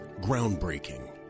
Groundbreaking